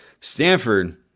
Stanford